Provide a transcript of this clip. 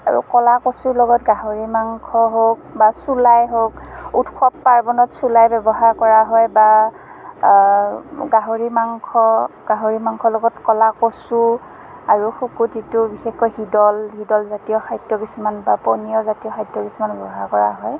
আৰু ক'লা কচুৰ লগত গাহৰি মাংস হওক বা চুলাই হওক উৎসৱ পাৰ্ৱনত চুলাই ব্যৱহাৰ কৰা হয় বা গাহৰি মাংস গাহৰি মাংসৰ লগত ক'লা কচু আৰু শুকোতিটো বিশেষকৈ শিদল শিদলজাতীয় খাদ্য কিছুমান বা পনীয়জাতীয় খাদ্য কিছুমান ব্যৱহাৰ কৰা হয়